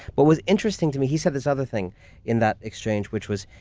what was interesting to me, he said this other thing in that exchange, which was,